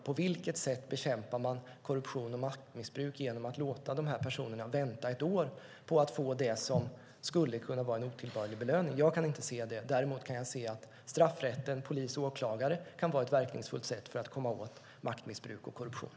På vilket sätt bekämpar man korruption och maktmissbruk genom att låta en person vänta ett år på att få något som skulle kunna vara en otillbörlig belöning? Jag kan inte se det. Däremot kan jag se att straffrätten, polis och åklagare kan vara verkningsfulla medel för att komma åt maktmissbruk och korruption.